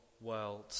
world